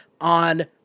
on